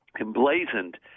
emblazoned